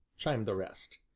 chimed the rest.